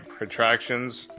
attractions